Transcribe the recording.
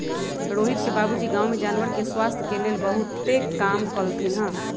रोहित के बाबूजी गांव में जानवर के स्वास्थ के लेल बहुतेक काम कलथिन ह